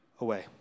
away